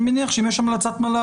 אני מניח שאם יש המלצת מל"ל,